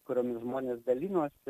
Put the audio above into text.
kuriomis žmonės dalinosi